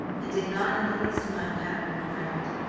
and did not in the least mind having him around.